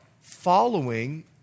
following